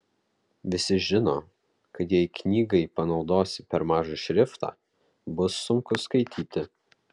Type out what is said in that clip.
visi žino kad jei knygai panaudosi per mažą šriftą bus sunku skaityti